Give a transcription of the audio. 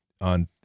on